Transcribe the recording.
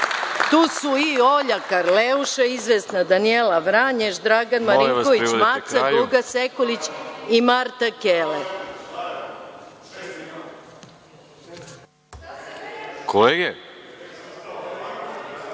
Tu su i Olja Karleuša, izvesna Danijela Vranješ, Dragan Marinković Maca, Goga Sekulić i Marta Keler.(Boško